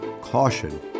caution